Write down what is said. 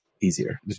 easier